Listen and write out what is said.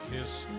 kiss